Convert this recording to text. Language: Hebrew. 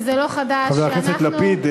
וזה לא חדש חבר הכנסת לפיד,